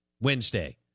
Wednesday